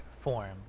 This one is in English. form